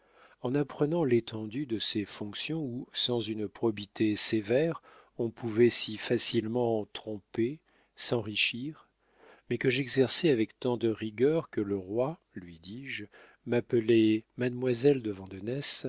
en apprenant l'étendue de ces fonctions où sans une probité sévère on pouvait si facilement tromper s'enrichir mais que j'exerçais avec tant de rigueur que le roi lui dis-je m'appelait mademoiselle de